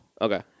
Okay